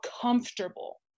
comfortable